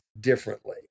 Differently